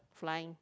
flying